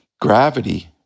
gravity